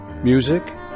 Music